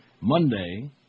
Monday